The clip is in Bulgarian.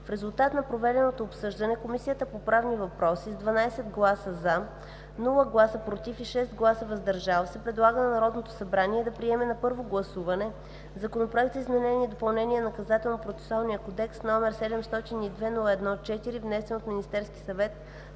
В резултат на проведеното обсъждане, Комисията по правни въпроси с 12 гласа „за“, без „против“ и с 6 гласа „въздържал се“, предлага на Народното събрание да приеме на първо гласуване Законопроект за изменение и допълнение на Наказателно-процесуалния кодекс, № 702-01-4, внесен от Министерския съвет